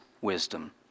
wisdom